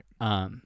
Right